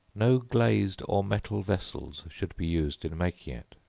no glazed or metal vessels should be used in making it.